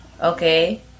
Okay